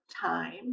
time